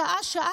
שעה-שעה,